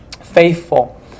faithful